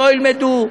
לא ילמדו,